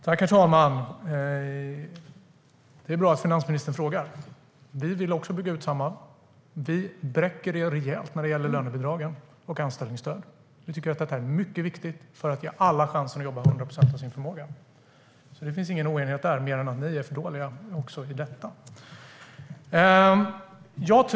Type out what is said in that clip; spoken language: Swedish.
Herr talman! Det är bra att finansministern frågar. Vi vill också bygga ut Samhall. Vi bräcker er rejält när det gäller lönebidragen och anställningsstöd. Vi tycker att detta är mycket viktigt för att ge alla chansen att jobba 100 procent av sin förmåga. Det finns alltså ingen oenighet där mer än att ni är för dåliga också i detta.